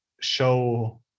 show